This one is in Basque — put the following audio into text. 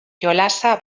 jolasa